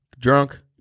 Drunk